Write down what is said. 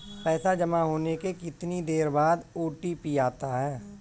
पैसा जमा होने के कितनी देर बाद ओ.टी.पी आता है?